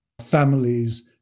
families